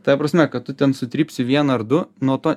ta prasme kad tu ten sutrypsi vieną ar du nuo to